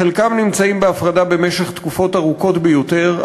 חלקם נמצאים בהפרדה תקופות ארוכות ביותר,